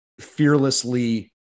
fearlessly